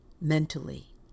mentally